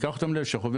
ניקח אותם ללשכות,